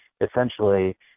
essentially